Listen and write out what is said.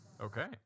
Okay